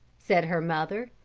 said her mother.